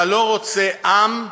אתה לא רוצה עם,